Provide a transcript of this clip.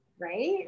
right